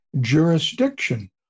jurisdiction